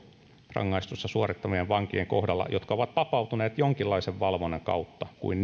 rangaistusta suorittavien vankien kohdalla jotka ovat vapautuneet jonkinlaisen valvonnan kautta kuin